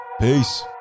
Peace